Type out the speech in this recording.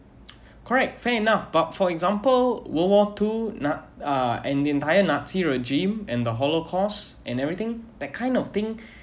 correct fair enough but for example world war two na~ uh and the entire nazi regime and the holocaust and everything that kind of thing